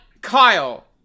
Kyle